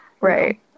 right